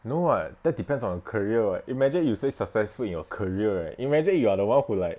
no [what] that depends on the career [what] imagine you say successful in your career eh imagine you are the one who like